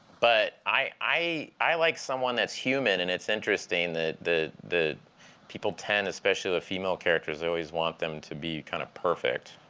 but i i like someone that's human. and it's interesting that the the people tend especially the female characters they always want them to be kind of perfect,